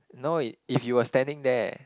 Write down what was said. no if you were standing there